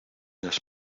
las